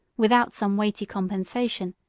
without some weighty compensation,